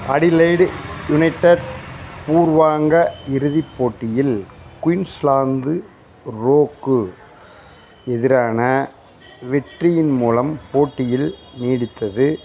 Adelaide United பூர்வாங்க இறுதிப் போட்டியில் குயின்ஸ்லாந்து ரோக்கு எதிரான வெற்றியின் மூலம் போட்டியில் நீடித்தது